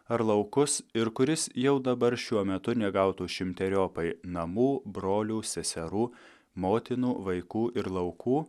ar laukus ir kuris jau dabar šiuo metu negautų šimteriopai namų brolių seserų motinų vaikų ir laukų